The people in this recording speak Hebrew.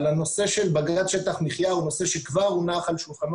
אבל הנושא של בג"ץ שטח מחיה הוא נושא שכבר הונח על שולחנו